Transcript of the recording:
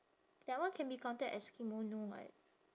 that one can be counted as kimono [what]